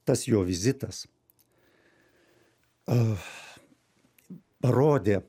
tas jo vizitas a parodė